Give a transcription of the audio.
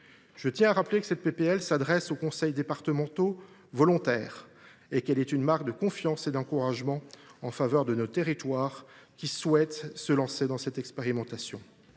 Je tiens à rappeler que cette proposition de loi s’adresse aux conseils départementaux volontaires et qu’elle est une marque de confiance et d’encouragement envers nos territoires qui souhaitent se lancer dans cette expérimentation.